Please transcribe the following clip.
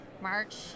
March